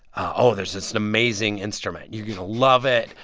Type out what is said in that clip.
oh, there's this amazing instrument. you're going to love it.